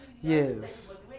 Yes